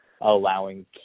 allowing